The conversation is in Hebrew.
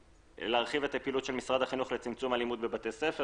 להרחיב את הפעילות של משרד החינוך לצמצום אלימות בבתי הספר.